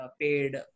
paid